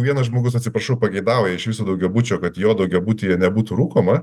vienas žmogus atsiprašau pageidauja iš viso daugiabučio kad jo daugiabutyje nebūtų rūkoma